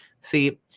See